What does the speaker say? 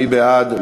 מי בעד?